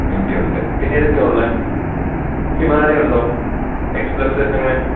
M T ഉണ്ട് പിന്നെ ഏതൊക്കെയാണ് ഉള്ളത് ഹിമാലയ ഉണ്ടോ എക്സ് പ്ലസ് അങ്ങനെ